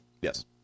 Yes